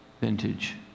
vintage